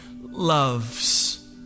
loves